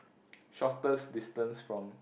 shortest distance from